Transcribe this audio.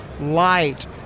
light